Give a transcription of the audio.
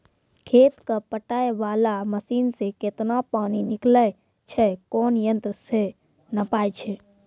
खेत कऽ पटाय वाला मसीन से केतना पानी निकलैय छै कोन यंत्र से नपाय छै